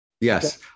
Yes